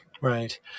Right